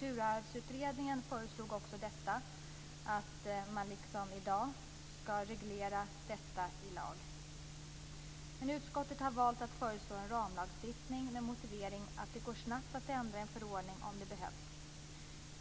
Kulturarvsutredningen föreslog också att man liksom i dag ska reglera det i lag. Men utskottet har valt att föreslå en ramlagstiftning med motiveringen att det går snabbt att ändra i en förordning om det behövs.